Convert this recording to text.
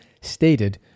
stated